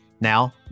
Now